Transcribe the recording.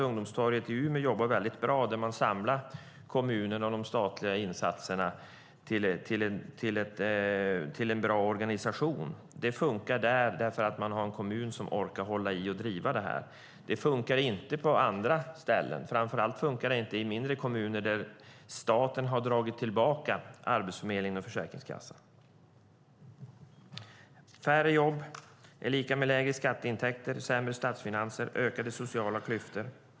Ungdomstorget i Umeå samlar kommunala och statliga insatser i en bra organisation. Det funkar för att kommunen orkar hålla i och driva detta. Det funkar inte på andra ställen. Framför allt funkar det inte i mindre kommuner där staten har dragit tillbaka Arbetsförmedlingen och Försäkringskassan. Färre jobb är lika med lägre skatteintäkter, sämre statsfinanser och ökade sociala klyftor.